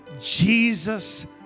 Jesus